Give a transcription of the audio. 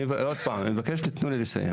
עוד הפעם, אני מבקש תתנו לי לסיים.